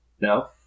No